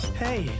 hey